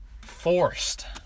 forced